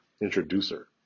introducer